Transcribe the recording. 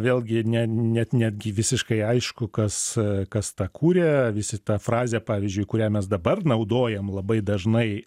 vėlgi ne netgi visiškai aišku kas kas tą kurė visi tą frazę pavyzdžiui kurią mes dabar naudojam labai dažnai